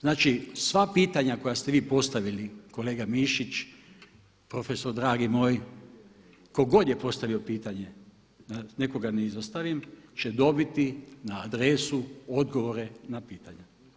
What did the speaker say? Znači sva pitanja koja ste vi postavili, kolega Mišić, profesor dragi moj, tko god je postavio pitanje da nekoga ne izostavim će dobiti na adresu odgovore na pitanja.